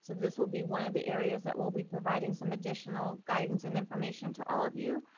so this will be one of the areas that we'll be providing some additional guidance and information to all of you.